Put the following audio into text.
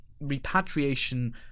repatriation